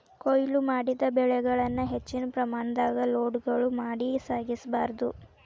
ಕೋಯ್ಲು ಮಾಡಿದ ಬೆಳೆಗಳನ್ನ ಹೆಚ್ಚಿನ ಪ್ರಮಾಣದಾಗ ಲೋಡ್ಗಳು ಮಾಡಿ ಸಾಗಿಸ ಬಾರ್ದು